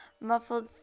muffled